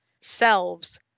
selves